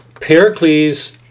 Pericles